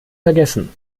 vergessen